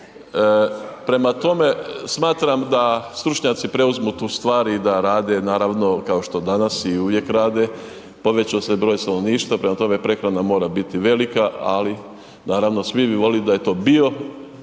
prema tome smatram da stručnjaci preuzmu tu stvar, i da rade, naravno kao što danas i uvijek rade, poveć'o se broj stanovništva, prema tome prehrana mora biti velika, ali naravno svi bi volili da je to